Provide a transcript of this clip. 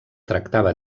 tractava